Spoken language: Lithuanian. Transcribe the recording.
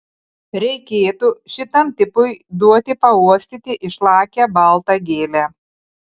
reikėtų šitam tipui duoti pauostyti išlakią baltą gėlę